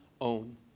own